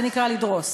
זה נקרא לדרוס,